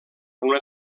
una